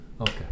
Okay